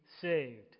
saved